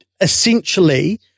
essentially